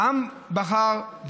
העם בחר,